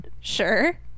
Sure